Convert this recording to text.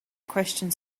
questions